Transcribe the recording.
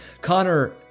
connor